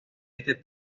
este